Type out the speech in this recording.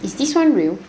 is this one real